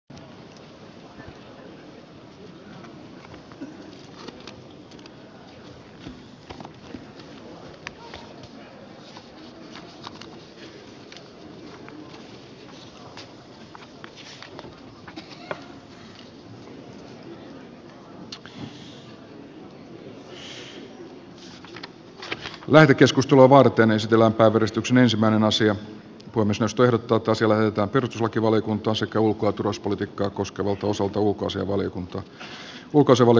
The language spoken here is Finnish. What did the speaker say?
puhemiesneuvosto ehdottaa että asia lähetetään perustuslakivaliokuntaan sekä ulko ja turvallisuuspolitiikkaa koskevalta osalta ulkoasiainvaliokuntaan